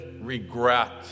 regret